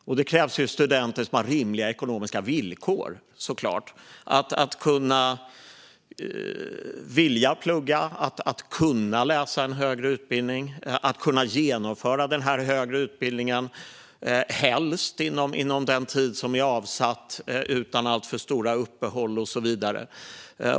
Och det krävs såklart att studenter har rimliga ekonomiska villkor för att de ska vilja plugga, kunna läsa en högre utbildning och genomföra den högre utbildningen, helst inom den tid som är avsatt utan alltför stora uppehåll och så vidare.